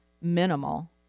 minimal